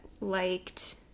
liked